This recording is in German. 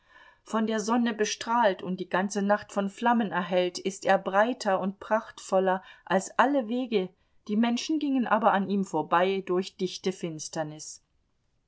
von der sonne bestrahlt und die ganze nacht von flammen erhellt ist er breiter und prachtvoller als alle wege die menschen gingen aber an ihm vorbei durch dichte finsternis